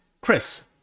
Chris